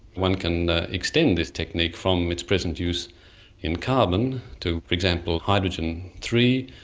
one can extend this technique from its present use in carbon to, for example, hydrogen three,